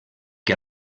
que